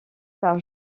par